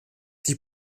die